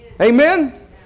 Amen